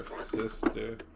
sister